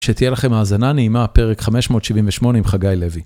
שתהיה לכם האזנה נעימה, פרק 578 עם חגי לוי.